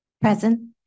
present